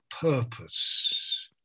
purpose